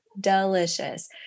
delicious